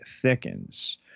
thickens